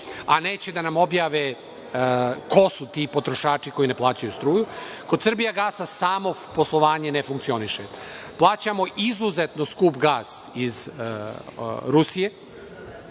a neće da nam objave ko su ti potrošači koji ne plaćaju struju. Kod „Srbijagasa“ samo poslovanje ne funkcioniše. Plaćamo izuzetno skup gas iz Rusije.